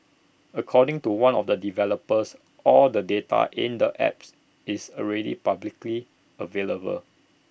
according to one of the developers all the data in the apps is already publicly available